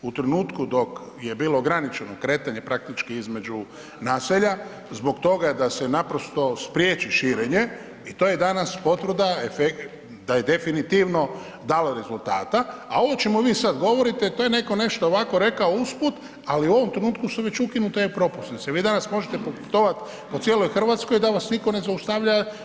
U trenutku dok je bilo ograničeno kretanje praktički između naselja zbog toga da se naprosto spriječi širenje i to je danas potvrda da je definitivno dalo rezultata, a ovo o čemu vi sad govorite to je netko nešto rekao ovako usput ali u ovom trenutku su već ukinute e-propusnice, vi danas možete putovati po cijelo Hrvatskoj da vas nitko ne zaustavlja.